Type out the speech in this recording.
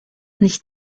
nicht